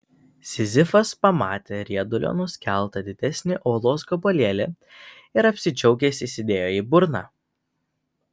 sizifas pamatė riedulio nuskeltą didesnį uolos gabalėlį ir apsidžiaugęs įsidėjo į burną